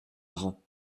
rends